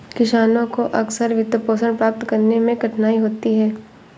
किसानों को अक्सर वित्तपोषण प्राप्त करने में कठिनाई होती है